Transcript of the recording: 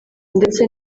ndetse